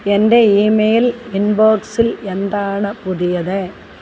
എൻ്റെ ഇമെയിൽ ഇൻബോക്സിൽ എന്താണ് പുതിയത്